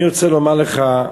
אני רוצה לומר לך,